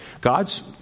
God's